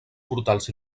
portals